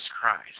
Christ